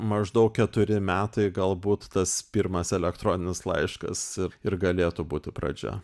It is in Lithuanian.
maždaug keturi metai galbūt tas pirmas elektroninis laiškas ir galėtų būti pradžia